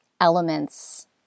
elements